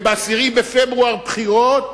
וב-10 בפברואר בחירות,